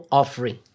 offering